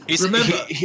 Remember